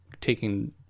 taking